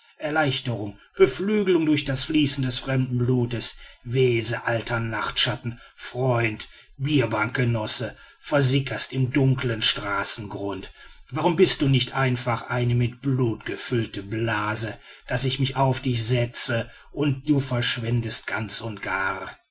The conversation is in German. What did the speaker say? erleichterung beflügelung durch das fließen des fremden blutes wese alter nachtschatten freund bierbankgenosse versickerst im dunklen straßengrund warum bist du nicht einfach eine mit blut gefüllte blase daß ich mich auf dich setzte und du verschwändest ganz und gar